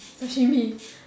sashimi